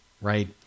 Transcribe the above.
Right